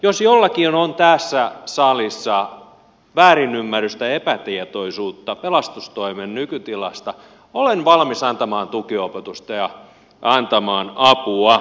jos jollakin on tässä salissa väärinymmärrystä ja epätietoisuutta pelastustoimen nykytilasta olen valmis antamaan tukiopetusta ja antamaan apua